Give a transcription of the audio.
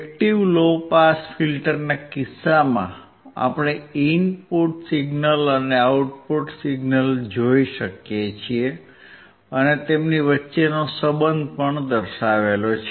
active low pass ફિલ્ટરના કિસ્સામાં આપણે ઇનપુટ સિગ્નલ અને આઉટપુટ સિગ્નલ જોઈ શકીએ છીએ અને તેમની વચ્ચેનો સંબંધ પણ દર્શાવેલ છે